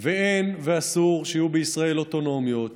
אין ואסור שיהיו בישראל אוטונומיות,